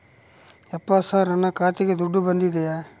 ಯಪ್ಪ ಸರ್ ನನ್ನ ಖಾತೆಗೆ ದುಡ್ಡು ಬಂದಿದೆಯ?